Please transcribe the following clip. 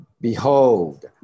Behold